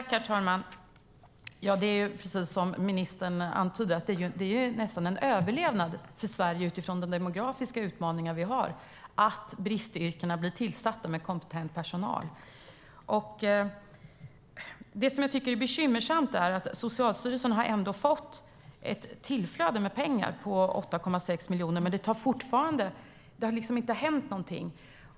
Herr talman! Det är precis som ministern antyder. Det är nästan en överlevnad för Sverige, utifrån de demografiska utmaningar som vi har, att bristyrkena blir tillsatta med kompetent personal. Det jag tycker är bekymmersamt är att Socialstyrelsen har fått ett tillflöde med pengar på 8,6 miljoner men att det inte har hänt något.